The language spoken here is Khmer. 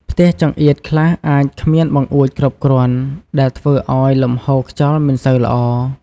ផ្ទះចង្អៀតខ្លះអាចគ្មានបង្អួចគ្រប់គ្រាន់ ដែលធ្វើឲ្យលំហូរខ្យល់មិនសូវល្អ។